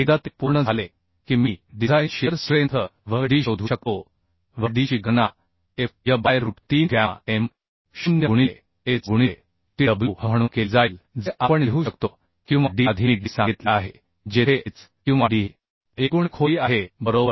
एकदा ते पूर्ण झाले की मी design shear strength V d शोधू शकतो V d ची गणना F y by root 3 gamma M 0 गुणिले h गुणिले Twh म्हणून केली जाईल जे आपण लिहू शकतो किंवा d आधी मी d सांगितले आहे जेथे h किंवा d ही एकूण खोली आहे बरोबर